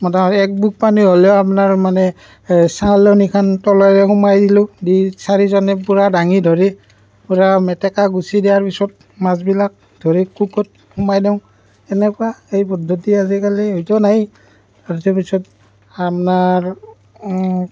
মোটামুটি এবুকু পানী হ'লেও আপনাৰ মানে চালনীখন তলেৰে সুমাই দিলোঁ দি চাৰিজনে পূৰা দাঙি ধৰি পূৰা মেটেকা গুচাই দিয়াৰ পিছত মাছবিলাক ধৰি কোকোত সুমাই দিওঁ এনেকুৱা এই পদ্ধতি আজিকালি হয়তো নাই আপনাৰ